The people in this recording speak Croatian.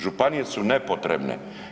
Županije su nepotrebne.